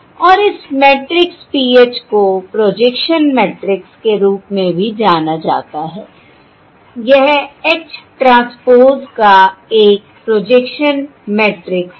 और इस matrix PH को प्रोजेक्शन मैट्रिक्स के रूप में भी जाना जाता है यह H ट्रांसपोज़ का एक प्रोजेक्शन मैट्रिक्स है